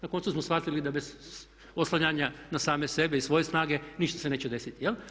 Na koncu smo shvatili da bez oslanjanja na same sebe i svoje snage ništa se neće desiti.